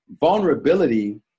vulnerability